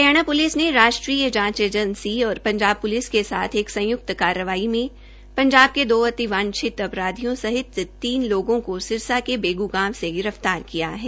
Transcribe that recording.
Haryana police ने राष्ट्रीय जांच एजंसी एनआईए और पंजाब पुलिस के साथ एक सुयुक्त कार्रवाई में पंजाब के दो अतिवांछित अपराधियों सहित तीन लोगों को सिरसॉ के बेगू गांव से गिरफतार किया है